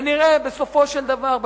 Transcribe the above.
כנראה בסופו של דבר,